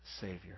Savior